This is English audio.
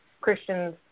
Christians